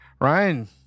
Ryan